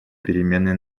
перемены